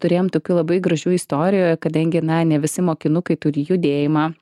turėjom tokių labai gražių istorijų kadangi na ne visi mokinukai turi judėjimą